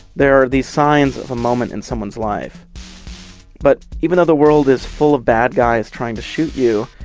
there are these signs of a moment in someone's life but even though the world is full of bad guys trying to shoot you,